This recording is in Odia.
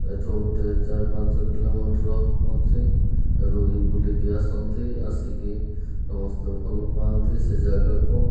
ଏଥିରୁ ଗୋଟିଏ ଚାରି ପାଞ୍ଚ କିଲୋମିଟର ଅଛି ସେଥିରୁ ବି ବୁଲିକି ଆସନ୍ତି ଆସିକି ସମସ୍ତେ ଭଲ ପାଆନ୍ତି ସେ ଯାଗାକୁ